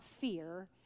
fear